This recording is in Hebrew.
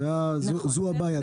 זו הבעיה.